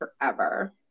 forever